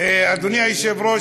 אדוני היושב-ראש,